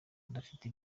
adafite